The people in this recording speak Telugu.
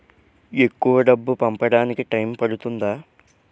ఎక్కువ డబ్బు పంపడానికి టైం పడుతుందా?